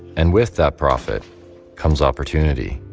and with that profit comes opportunity